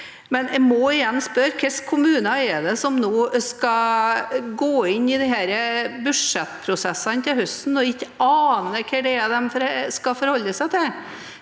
Men jeg må igjen spørre: Hvilke kommuner er det som nå skal gå inn i disse budsjettprosessene til høsten og ikke ane hva de skal forholde seg til?